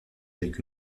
avec